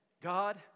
God